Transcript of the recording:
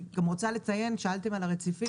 כי כך זה היה נראה לפני רגע.